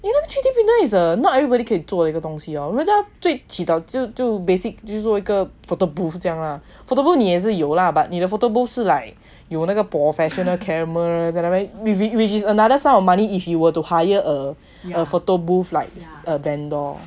因为那个 three D printer is a not everybody can 做了一个东西 oh 人家最提到最 basic 就是做一个 photobooth 这样 ah photobooth 你也是有 lah but 你的 photobooth 是 like 有那个 professional camera 在那边 which is another sum of money if you were to hire a photobooth like a vendor